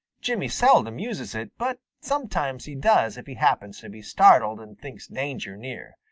jimmy seldom uses it, but sometimes he does if he happens to be startled and thinks danger near.